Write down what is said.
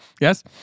Yes